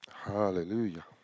Hallelujah